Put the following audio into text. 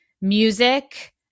music